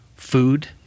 Food